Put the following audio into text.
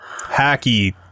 Hacky